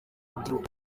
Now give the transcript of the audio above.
rubyiruko